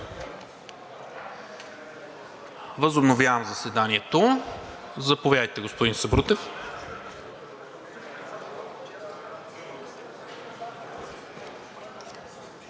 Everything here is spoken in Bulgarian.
Възобновявам заседанието. Заповядайте, господин Сабрутев.